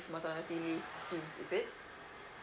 maternity scheme is it